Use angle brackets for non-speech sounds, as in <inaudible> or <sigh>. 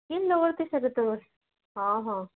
କିନ୍ ଲୋକ <unintelligible> ହଁ ହଁ